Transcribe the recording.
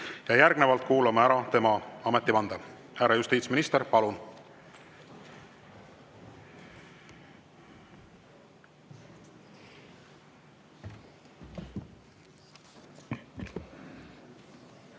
Järgnevalt kuulame ära tema ametivande. Härra justiitsminister, palun!